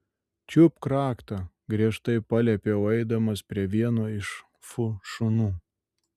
čiupk raktą griežtai paliepiau eidamas prie vieno iš fu šunų